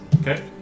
Okay